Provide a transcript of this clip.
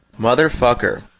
Motherfucker